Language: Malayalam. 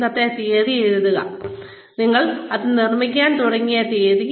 ഇന്നത്തെ തീയതി എഴുതുക നിങ്ങൾ ഇത് നിർമ്മിക്കാൻ തുടങ്ങിയ തീയതി